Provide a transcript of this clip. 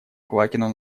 квакину